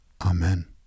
Amen